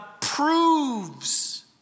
proves